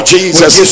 Jesus